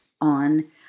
on